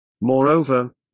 Moreover